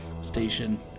station